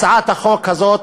הצעת החוק הזאת,